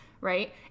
right